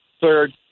third